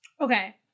okay